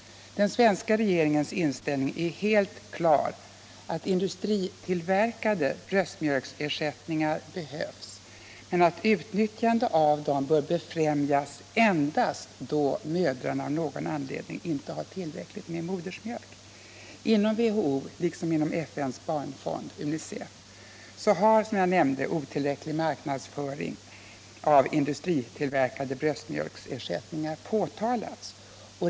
Den svenska regeringens inställning är helt klar: industritillverkade bröstmjölksersättningar behövs, men utnyttjandet av dem bör befrämjas endast då mödrarna av någon anledning inte har tillräckligt med modersmjölk. Inom WHO liksom inom FN:s barnfond, UNICEF, har som jag framhöll otillbörlig marknadsföring av industritillverkade bröstmjölksersättningar påtalats.